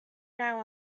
now